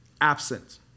absent